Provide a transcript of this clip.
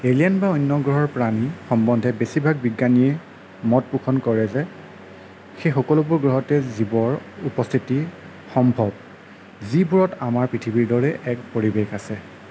alien বা অন্য গ্ৰহৰ প্ৰাণী সম্বন্ধে বেছিভাগ বিজ্ঞানীয়ে মতপোষণ কৰে যে সেই সকলোবোৰ গ্ৰহতে জীৱৰ উপস্থিতি সম্ভৱ যিবোৰত আমাৰ পৃথিৱীৰ দৰে এক পৰিৱেশ আছে